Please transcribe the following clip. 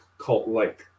cult-like